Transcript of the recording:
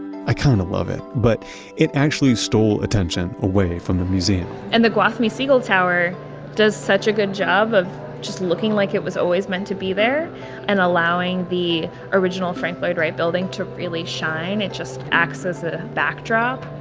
i kind of love it. but it actually stole attention away from the museum and the gwathmey siegel tower does such a good job of just looking like it was always meant to be there and allowing the original frank lloyd wright building to really shine. it just acts as a backdrop.